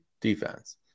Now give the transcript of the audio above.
Defense